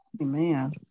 Amen